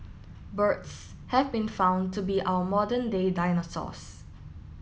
birds have been found to be our modern day dinosaurs